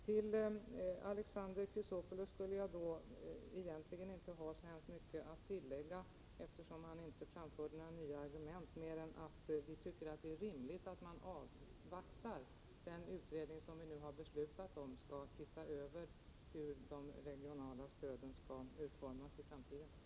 Till Alexander Chrisopoulos skulle jag väl egentligen inte ha så mycket att tillägga, eftersom han inte framförde några nya argument, mer än att vi tycker det är rimligt att avvakta att den utredning som vi nu har beslutat om gått igenom hur de regionala stöden skall utformas i framtiden.